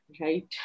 right